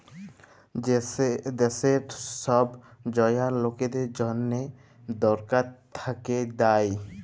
দ্যাশের ছব জয়াল লকদের জ্যনহে ছরকার থ্যাইকে দ্যায়